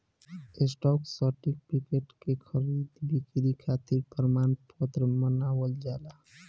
stock certificate के खरीद बिक्री खातिर प्रमाण पत्र मानल जाला